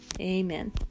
amen